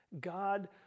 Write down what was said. God